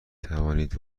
توانید